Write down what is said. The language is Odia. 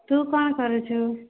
ତୁ କ'ଣ କରୁଛୁ